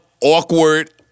awkward